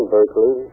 Berkeley